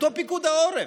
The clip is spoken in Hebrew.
אותו פיקוד העורף.